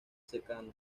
secano